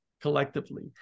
collectively